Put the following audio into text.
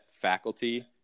faculty